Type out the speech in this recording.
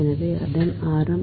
எனவே அதன் ஆரம்